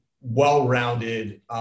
well-rounded